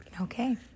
Okay